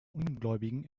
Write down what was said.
ungläubigen